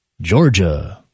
Georgia